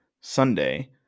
Sunday